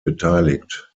beteiligt